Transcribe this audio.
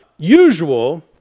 usual